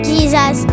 Jesus